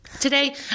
today